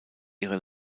ihre